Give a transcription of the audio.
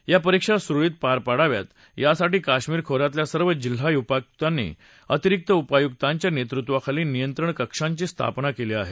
या परीक्षा सुरळीत पार पडाव्यात यासाठी काश्मीर खोऱ्यातल्या सर्व जिल्हा उपायुकांनी अतिरिक्त उपायुकांच्या नेतृत्वाखाली नियंत्रण कक्षांची स्थापना केली आहे